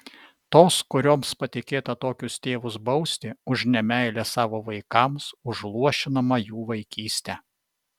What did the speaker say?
tos kurioms patikėta tokius tėvus bausti už nemeilę savo vaikams už luošinamą jų vaikystę